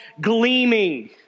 gleaming